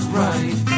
right